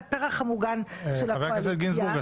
הפרח המוגן של הקואליציה --- חבר הכנסת גינזבורג,